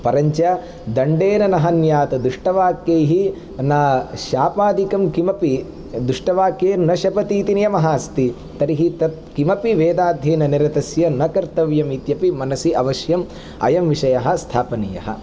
परञ्च दण्डेन न हन्यात् दुष्टवाक्यैः न शापादिकं किमपि दुष्टवाक्ये न शपति इति नियमः अस्ति तर्हि तद् किमपि वेदाध्ययननिरतस्य न कर्तव्यम् इत्यपि मनसि अवश्यम् अयं विषयः स्थापनीयः